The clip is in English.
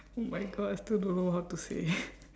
oh my god I still don't know how to say